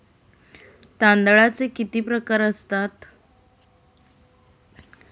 तांदळाचे किती प्रकार असतात?